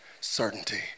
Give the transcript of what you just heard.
certainty